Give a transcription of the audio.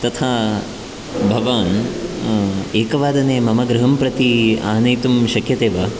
तथा भवान् एकवादने मम गृहं प्रति आनयितुं शक्यते वा